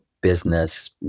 business